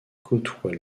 côtoie